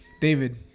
David